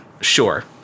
sure